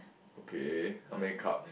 okay how many cups